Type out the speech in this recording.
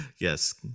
Yes